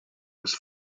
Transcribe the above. was